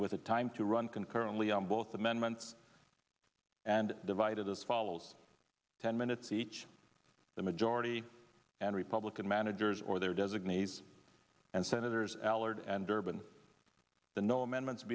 with a time to run concurrently on both amendments and divided as follows ten minutes each the majority and republican managers or their designees and senators allard and durbin the no amendments